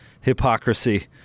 hypocrisy